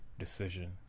decision